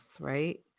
right